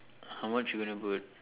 how much you gonna put